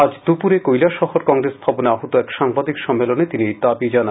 আজ দুপুরে কৈলাসহর কংগ্রেস ভবনে আহুত এক সাংবাদিক সম্মেলনে তিনি এই দাবি জানান